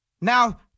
Now